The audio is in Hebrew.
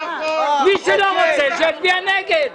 מי שלא רוצה שיצביע נגד.